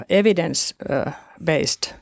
evidence-based